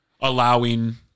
allowing